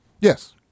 Yes